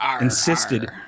insisted